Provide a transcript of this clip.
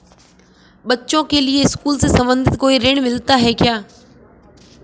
बच्चों के लिए स्कूल से संबंधित कोई ऋण मिलता है क्या?